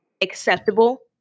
acceptable